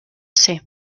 ser